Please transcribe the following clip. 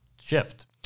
shift